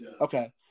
Okay